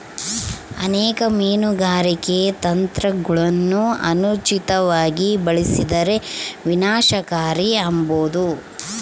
ಅನೇಕ ಮೀನುಗಾರಿಕೆ ತಂತ್ರಗುಳನ ಅನುಚಿತವಾಗಿ ಬಳಸಿದರ ವಿನಾಶಕಾರಿ ಆಬೋದು